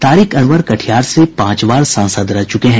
तारिक अनवर कटिहार से पांच बार सांसद रह चुके हैं